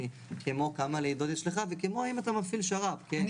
בכל עניין הנוגע לעלויות מתן שירותי הבריאות.